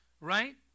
right